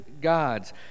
God's